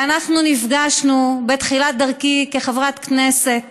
ואנחנו נפגשנו בתחילת דרכי כחברת כנסת.